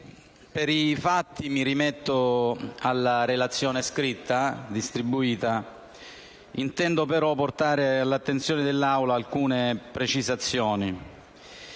per i fatti mi rimetto alla relazione scritta. Intendo però portare all'attenzione dell'Assemblea alcune precisazioni.